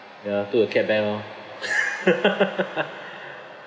ya took a cab back orh